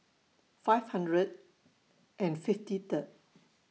five hundred and fifty Third